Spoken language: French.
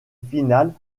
finale